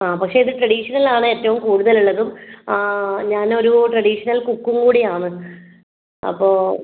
ആ പക്ഷെ ഇത് ട്രഡീഷണൽ ആണ് ഏറ്റവും കൂടുതൽ ഉള്ളതും ഞാൻ ഒരു ട്രഡീഷണൽ കുക്ക് കൂടി ആണ് അപ്പോൾ